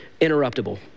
interruptible